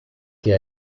que